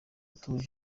utuje